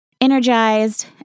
energized